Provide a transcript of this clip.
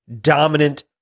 dominant